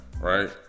right